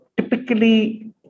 typically